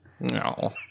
No